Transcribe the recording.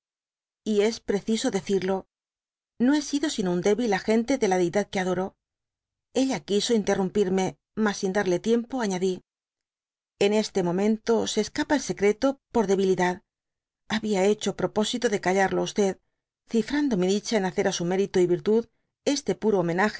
y es preciso decirlo no hé sido dby google y sino un débil agente de k deidad que adoro ella quiso interrumpirme mas sin darle tiempo afiadi en este momento se escapa el secreto por debilidad habia echo proposito de callarlo áf cifrando mi dicha en hacer á su mérito y virtud este puro